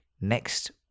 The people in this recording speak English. next